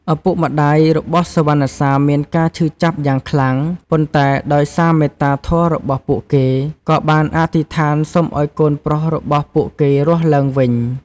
ឪពុកម្ដាយរបស់សុវណ្ណសាមមានការឈឺចាប់យ៉ាងខ្លាំង ប៉ុន្តែដោយសារមេត្តាធម៌របស់ពួកគេ ក៏បានអធិដ្ឋានសុំឱ្យកូនប្រុសរបស់ពួកគេរស់ឡើងវិញ។